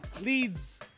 leads